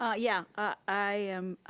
um yeah, i am,